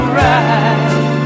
right